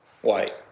white